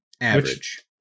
Average